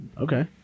Okay